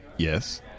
Yes